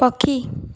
ପକ୍ଷୀ